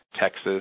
Texas